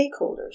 stakeholders